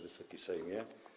Wysoki Sejmie!